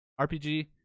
rpg